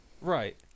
Right